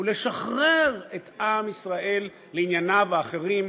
ולשחרר את עם ישראל לענייניו האחרים,